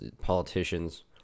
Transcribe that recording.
politicians